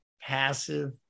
passive